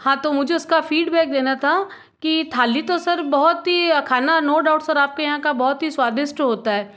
हाँ तो मुझे उसका फीडबैक देना था कि थाली तो सर बहुत ही खाना नो डाउट सर आपके यहाँ का बहुत ही स्वादिष्ट होता है